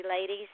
ladies